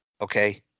Okay